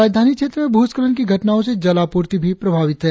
राजधानी क्षेत्र में भूस्खलन की घटनाओं से जल आपूर्ति भी प्रभावित है